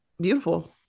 beautiful